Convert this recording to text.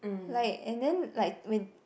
like and then like when